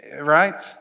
right